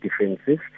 defensive